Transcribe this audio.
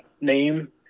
name